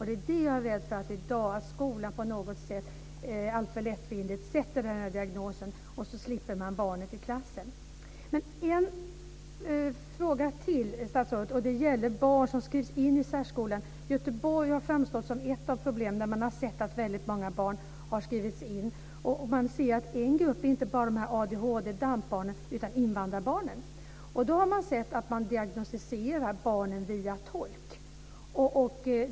Det är det jag är rädd för, dvs. att skolan i dag alltför lättvindigt sätter denna diagnos, och så slipper man barnet i klassen. Jag har en fråga till, statsrådet, och det gäller barn som skrivs in i särskolan. Göteborg har framstått som ett av problemen. Man har sett att väldigt många barn har skrivits in. Det gäller inte bara ADHD och DAMP-barnen utan också invandrarbarnen. Man har sett att barnen har diagnostiserats via tolk.